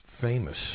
famous